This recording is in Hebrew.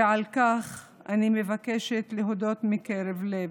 ועל כך אני מבקשת להודות מקרב לב.